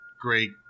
great